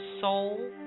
soul